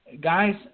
guys